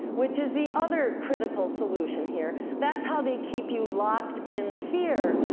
which is the other critical solution here. that's how they keep you locked in fear,